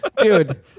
dude